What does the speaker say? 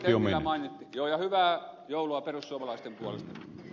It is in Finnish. joo ja hyvää joulua perussuomalaisten puolesta